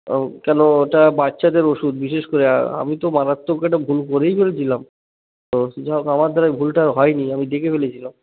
ও কেন ওটা বাচ্চাদের ওষুধ বিশেষ করে আমি তো মারাত্মক একটা ভুল করেই ফেলেছিলাম তো সে হোক আমার দ্বারা ভুলটা হয় নি আমি দেখে ফেলেছিলাম